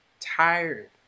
tired